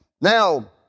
Now